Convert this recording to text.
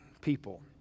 people